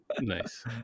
Nice